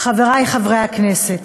חבר הכנסת